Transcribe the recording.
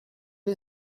you